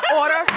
order,